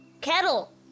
Kettle